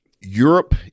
Europe